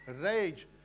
rage